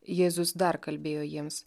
jėzus dar kalbėjo jiems